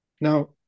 Now